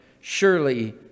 Surely